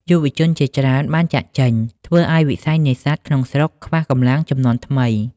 យុវជនជាច្រើនបានចាកចេញ ធ្វើឱ្យវិស័យនេសាទក្នុងស្រុកខ្វះកម្លាំងជំនាន់ថ្មី។